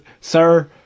Sir